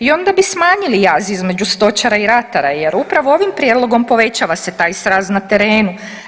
I onda bi smanjili jaz između stočara i ratara jer upravo ovim prijedlog povećava se taj sraz na terenu.